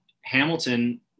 Hamilton